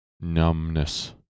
Numbness